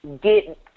get